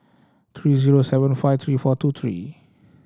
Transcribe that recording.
three zero seven five three four two three